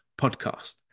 podcast